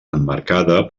emmarcada